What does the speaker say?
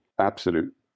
absolute